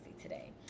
today